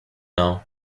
now